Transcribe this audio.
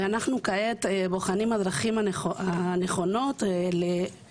כעת אנחנו בוחנים את הדרכים הנכונות ניסח